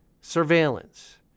surveillance